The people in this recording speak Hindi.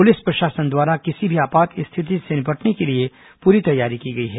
पुलिस प्रशासन द्वारा किसी भी आपात स्थिति से निपटने के लिए पूरी तैयारी की गई है